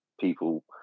people